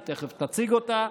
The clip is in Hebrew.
היא תכף תציג אותה.